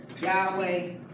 Yahweh